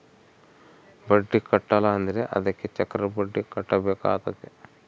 ಬಡ್ಡಿ ಕಟ್ಟಿಲ ಅಂದ್ರೆ ಅದಕ್ಕೆ ಚಕ್ರಬಡ್ಡಿ ಕಟ್ಟಬೇಕಾತತೆ